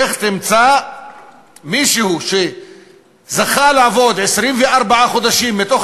לך תמצא מישהו שזכה לעבוד 24 חודשים מתוך